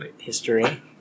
history